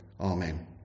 amen